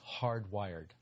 hardwired